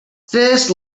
this